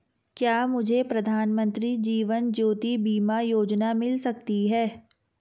क्या मुझे प्रधानमंत्री जीवन ज्योति बीमा योजना मिल सकती है?